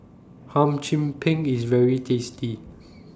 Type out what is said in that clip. Hum Chim Peng IS very tasty